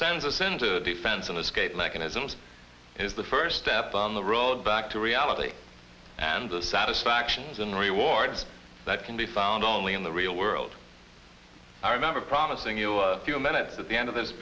soon to defense in this case mechanisms is the first step on the road back to reality and the satisfaction is in rewards that can be found only in the real world i remember promising you a few minutes at the end of this